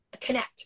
connect